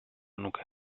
nuke